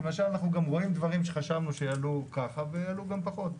כי בשאר אנחנו רואים דברים שחשבנו שיעלו ככה ויעלו גם פחות.